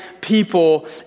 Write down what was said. people